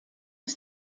ist